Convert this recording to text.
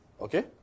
okay